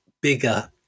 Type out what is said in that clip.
bigger